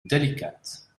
délicate